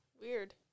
weird